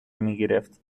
میگرفت